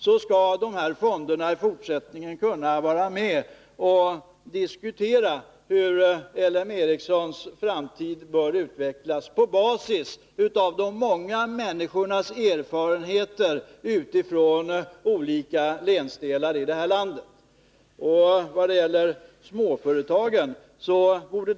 Vårt förslag innebär att företrädare för fonderna i fortsättningen skall kunna vara med och på basis av de många människornas erfarenheter från olika länsdelar föra en diskussion om hur L M Ericssons framtid skall utvecklas.